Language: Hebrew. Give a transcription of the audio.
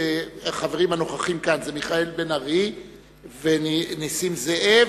החברים הנוכחים כאן הם חברי הכנסת מיכאל בן-ארי ונסים זאב.